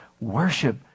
Worship